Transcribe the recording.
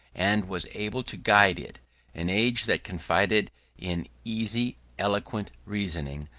and was able to guide it an age that confided in easy, eloquent reasoning,